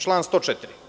Član 104.